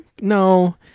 No